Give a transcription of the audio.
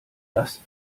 das